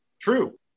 true